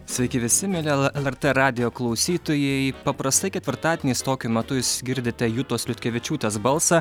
sveiki visi mieli e lrt radijo klausytojai paprastai ketvirtadieniais tokiu metu jūs girdite jutos liutkevičiūtės balsą